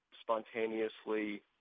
spontaneously